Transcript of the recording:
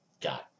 got